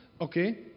okay